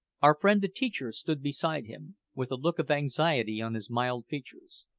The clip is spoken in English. our friend the teacher stood beside him, with a look of anxiety on his mild features.